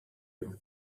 you